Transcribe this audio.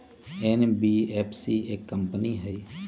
NBFC एक company हई?